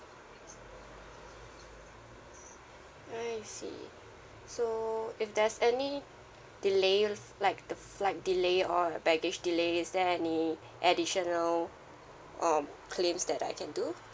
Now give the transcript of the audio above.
I see so if there's any delay flight like the flight delay or baggage delay is there any additional um claims that I can do